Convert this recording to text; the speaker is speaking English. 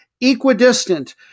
Equidistant